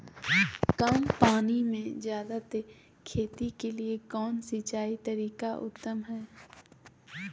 कम पानी में जयादे खेती के लिए कौन सिंचाई के तरीका उत्तम है?